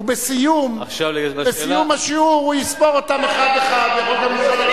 ובסיום השיעור הוא יספור אותם אחד-אחד ויכול לשאול,